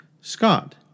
Scott